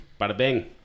Bada-bing